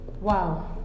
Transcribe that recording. Wow